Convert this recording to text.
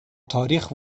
تاریخ